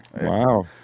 Wow